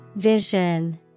Vision